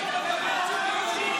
קריאה שלישית.